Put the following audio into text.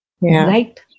Right